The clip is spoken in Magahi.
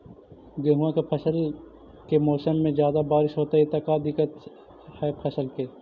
गेहुआ के फसल के मौसम में ज्यादा बारिश होतई त का दिक्कत हैं फसल के?